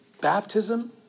Baptism